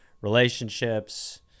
relationships